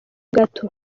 gato